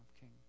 king